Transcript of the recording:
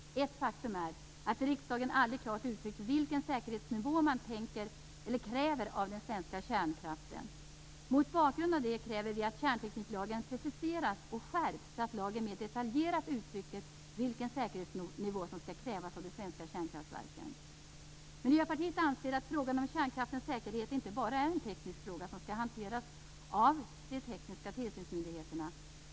Ett faktum är att riksdagen aldrig klart har uttryckt vilken säkerhetsnivå man kräver av den svenska kärnkraften. Mot bakgrund av detta kräver vi att kärntekniklagen preciseras och skärps, så att lagen mer detaljerat uttrycker vilken säkerhetsnivå som skall krävas av de svenska kärnkraftverken. Miljöpartiet anser att frågan om kärnkraftens säkerhet inte bara är en teknisk fråga som skall hanteras av de tekniska tillsynsmyndigheterna.